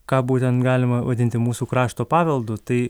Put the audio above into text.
ką būtent galima vadinti mūsų krašto paveldu tai